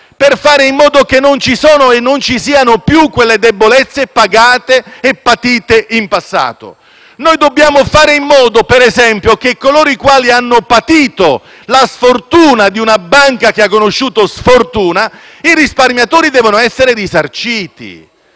per fare in modo che non ci siano più quelle debolezze pagate e patite in passato. Dobbiamo fare in modo - ad esempio - che coloro i quali hanno patito la sfortuna di una banca che ha conosciuto sfortuna, i risparmiatori, siano risarciti,